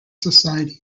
society